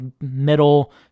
middle